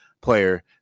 player